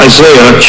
Isaiah